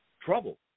trouble